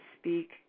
speak